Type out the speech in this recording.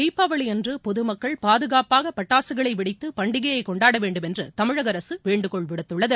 தீபாவளியன்று பொதுமக்கள் பாதுகாப்பாக பட்டாசுகளை வெடித்து பண்டிகையை கொண்டாட வேண்டும் என்று தமிழக அரசு வேண்டுகோள் விடுத்துள்ளது